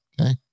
Okay